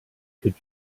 could